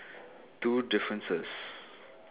two differences